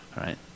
right